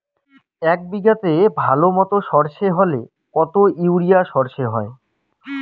এক বিঘাতে ভালো মতো সর্ষে হলে কত ইউরিয়া সর্ষে হয়?